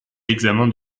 l’examen